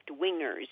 wingers